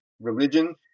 religion